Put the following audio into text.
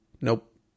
nope